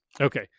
Okay